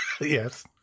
Yes